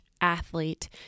athlete